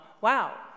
Wow